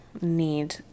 need